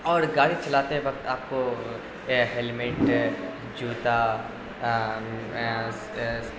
اور گاڑی چلاتے وقت آپ کو ہیلمیٹ جوتا